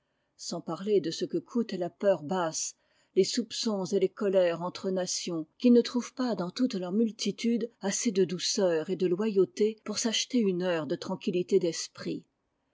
sans parler de ce que coûtent la peur basse les soupçons et les colères entre nations qui ne trouvent pas dans toute leurs multitudes assez de douceur et de loyauté pour s'acheter une heure de tranquillité d'esprit